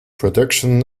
production